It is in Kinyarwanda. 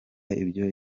ibyo